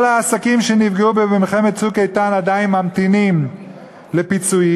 כל העסקים שנפגעו במלחמת "צוק איתן" עדיין ממתינים לביצועים,